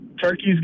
turkeys